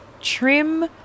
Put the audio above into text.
trim